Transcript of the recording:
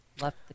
Left